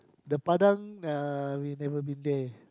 the padang uh we have never been there